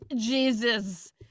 Jesus